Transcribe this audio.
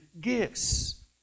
gifts